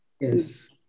Yes